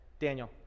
Daniel